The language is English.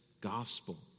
gospel